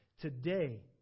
Today